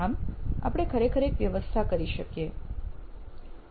આમ આપણે ખરેખર એક વ્યવસ્થા કરી શકીએ છીએ